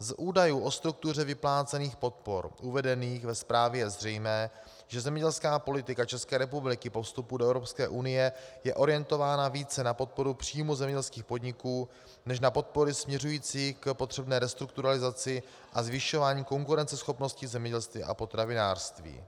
Z údajů o struktuře vyplácených podpor, uvedených ve zprávě, je zřejmé, že zemědělská politika České republiky po vstupu do Evropské unie je orientována více na podporu příjmů zemědělských podniků než na podpory směřující k potřebné restrukturalizaci a zvyšování konkurenceschopnosti zemědělství a potravinářství.